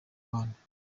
rwanda